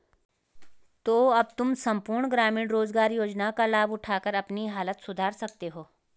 तो अब तुम सम्पूर्ण ग्रामीण रोज़गार योजना का लाभ उठाकर अपनी हालत सुधार सकते हो